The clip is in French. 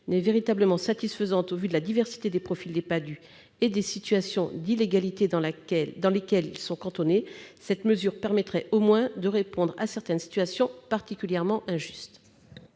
n'est véritablement satisfaisante au vu de la diversité des profils des Padhue et des situations d'illégalité dans lesquelles ils sont cantonnés, cette mesure permettrait au moins de répondre à certaines situations particulièrement injustes.